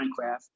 Minecraft